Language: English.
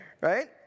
right